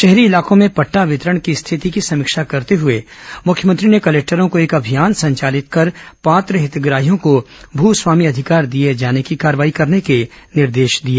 शहरी इलाकों में पट्टा वितरण की स्थिति की समीक्षा करते हुए मुख्यमंत्री ने कलेक्टरों को एक अभियान संचालित कर पात्र हितग्राहियों को भू स्वामी अधिकार दिए जाने की कार्रवाई करने के निर्देश दिए